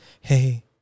Hey